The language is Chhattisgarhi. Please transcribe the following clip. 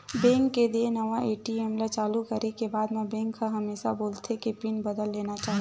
बेंक के देय नवा ए.टी.एम ल चालू करे के बाद म बेंक ह हमेसा बोलथे के पिन बदल लेना चाही